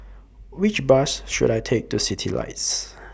Which Bus should I Take to Citylights